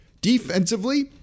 Defensively